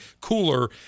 cooler